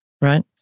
right